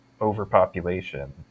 overpopulation